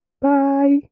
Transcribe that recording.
bye